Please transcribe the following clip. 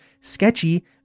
sketchy